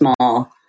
small